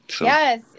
yes